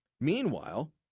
Meanwhile